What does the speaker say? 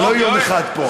אני לא יום אחד פה.